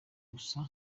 gusa